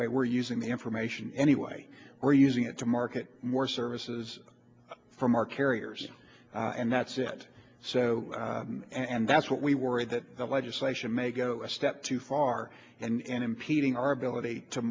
way we're using the information anyway we're using it to market more services from our carriers and that's it so and that's what we worry that the legislation may go a step too far and impeding our ability to